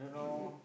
you